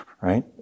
right